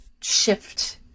shift